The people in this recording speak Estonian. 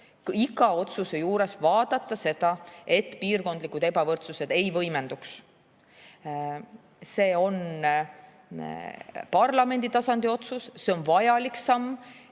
iga otsuse juures vaadata seda, et piirkondlik ebavõrdsus ei võimenduks. See on parlamendi tasandi otsus, see on vajalik samm.